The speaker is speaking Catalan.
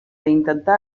intentar